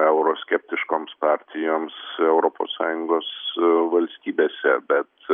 euroskeptiškoms partijoms europos sąjungos valstybėse bet